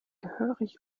gehörig